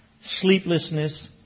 sleeplessness